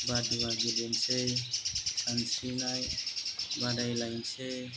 बादुवा गेलेनोसै सानस्रिनाय बादायलायनोसै